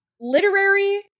literary